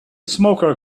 smoker